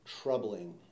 troubling